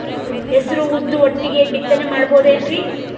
ಹೆಸರು ಉದ್ದು ಒಟ್ಟಿಗೆ ಬಿತ್ತನೆ ಮಾಡಬೋದೇನ್ರಿ?